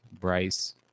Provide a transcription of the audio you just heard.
Bryce